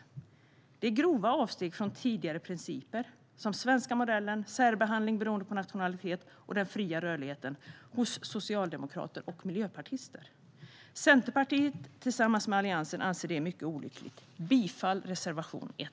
Detta är grova avsteg hos socialdemokrater och miljöpartister från tidigare principer som den svenska modellen, särbehandling beroende på nationalitet och fri rörlighet. Centerpartiet tillsammans med Alliansen anser att detta är mycket olyckligt. Jag yrkar bifall till reservation 1.